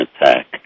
attack